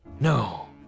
no